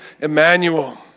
Emmanuel